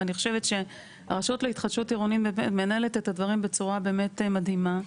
אני חושבת שהרשות להתחדשות עירונית מנהלת את הדברים בצורה באמת מדהימה.